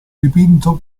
dipinto